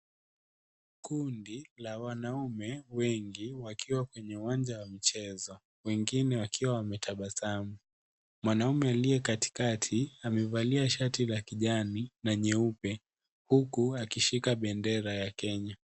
Kundi la wanaume wengi wakiwa kwenye uwanja wa michezo, wengine wakiwa wametabasamu. Mwanamme aliye katikati amevaa shati la kijani na nyeupe huku akishika bendera ya Kenya.